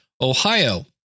Ohio